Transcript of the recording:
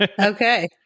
Okay